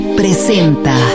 presenta